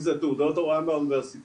אם זה תעודות הוראה מהאוניברסיטאות,